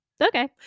okay